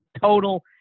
total